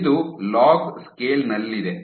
ಇದು log scale ನಲ್ಲಿದೆ